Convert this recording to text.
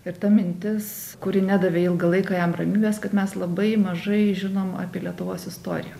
ir ta mintis kuri nedavė ilgą laiką jam ramybės kad mes labai mažai žinom apie lietuvos istoriją